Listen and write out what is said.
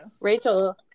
Rachel